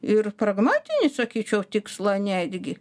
ir pragmatinį sakyčiau tikslą netgi